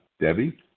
Debbie